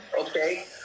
Okay